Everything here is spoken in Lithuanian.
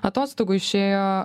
atostogų išėjo